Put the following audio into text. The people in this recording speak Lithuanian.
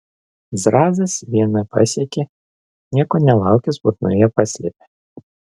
zrazas vieną pasiekė nieko nelaukęs burnoje paslėpė